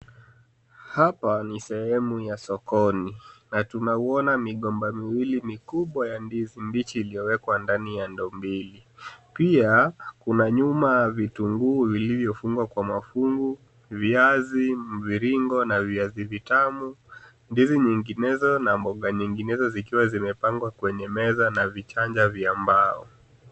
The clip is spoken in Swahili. Hapa ni sehemu ya sokoni na tumeuona migomba miwili mikubwa ya ndizi mbichi iliyowekwa ndani ya ndoo mbili. Pia kuna nyuma ya vitunguu vilivyofungwa kwa mafungu, viazi mviringo na viazi vitamu, ndizi nyinginezo na mboga nyinginezo zikiwa zimepangwa kwenye meza na vichanja vya mbao.